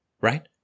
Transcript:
right